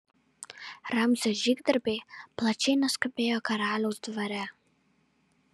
ramzio žygdarbiai plačiai nuskambėjo karaliaus dvare